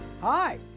Hi